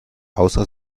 außer